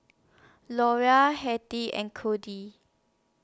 Laura Hetty and